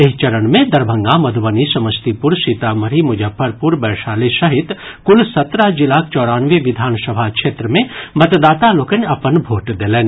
एहि चरण मे दरभंगा मधुबनी समस्तीपुर सीतामढ़ी मुजफ्फरपुर वैशाली सहित कुल सत्रह जिलाक चौरानवे विधानसभा क्षेत्र मे मतदाता लोकनि अपन भोट देलनि